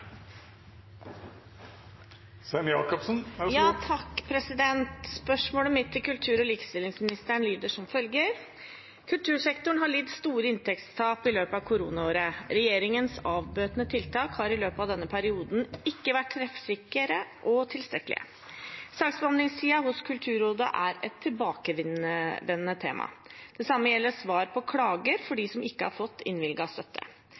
Spørsmålet mitt til kultur- og likestillingsministeren lyder som følger: «Kultursektoren har lidd store inntektstap i løpet av koronaåret. Regjeringens avbøtende tiltak har i løpet av denne perioden ikke vært treffsikre og tilstrekkelige. Saksbehandlingstiden hos Kulturrådet er et tilbakevendende tema. Det samme gjelder svar på klager for de som ikke har fått innvilget støtte.